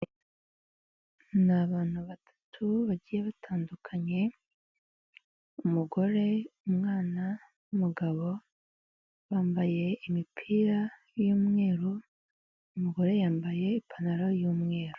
Ni abantu batatu bagiye batandukanye; umugore, umwana n'umugabo bambaye imipira y'umweru umugore yambaye ipantaro y'umweru.